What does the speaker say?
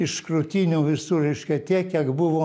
iš krūtinių visų reiškia tiek kiek buvo